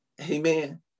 Amen